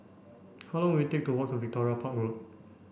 how long will it take to walk to Victoria Park Road